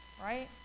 right